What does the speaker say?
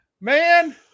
Man